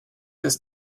ist